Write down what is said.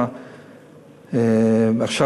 עכשיו,